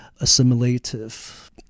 assimilative